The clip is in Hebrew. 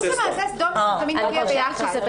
אינוס ומעשה סדום זה תמיד מגיע ביחד.